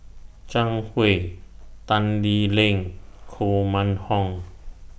Zhang Hui Tan Lee Leng Koh Mun Hong